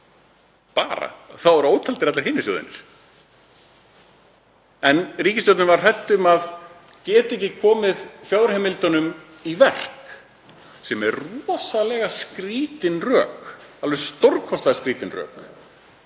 og þá eru ótaldir allir hinir sjóðirnir. En ríkisstjórnin var hrædd um að geta ekki komið fjárheimildunum í verk sem eru rosalega skrýtin rök, alveg stórkostlega skrýtin rök.